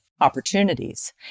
opportunities